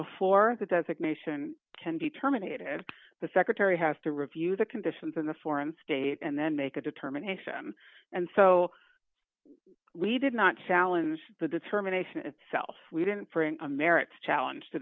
before that designation can be terminated and the secretary has to review the conditions in the foreign state and then make a determination and so we did not challenge the determination itself we didn't for an american challenge the